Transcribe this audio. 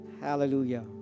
Hallelujah